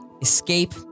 escape